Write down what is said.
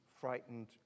frightened